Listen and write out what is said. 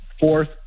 fourth